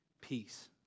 peace